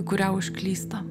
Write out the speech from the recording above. kurią užklysta